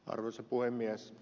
arvoisa puhemies